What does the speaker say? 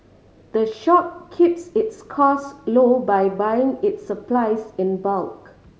the shop keeps its costs low by buying its supplies in bulk